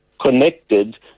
connected